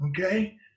okay